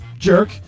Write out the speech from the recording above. Jerk